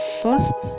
first